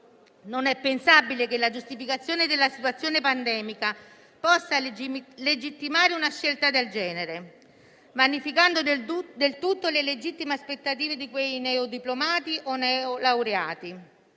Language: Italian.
Non è pensabile che la giustificazione della situazione pandemica possa legittimare una scelta del genere, vanificando del tutto le legittime aspettative di quei neodiplomati o neolaureati